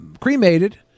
cremated